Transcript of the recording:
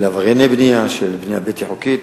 של עברייני בנייה, להריסת בנייה בלתי חוקית,